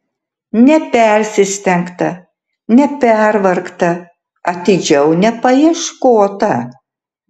nepersistengta nepervargta atidžiau nepaieškota